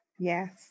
Yes